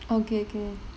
okay okay